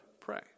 pray